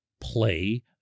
play